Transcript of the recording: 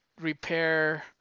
repair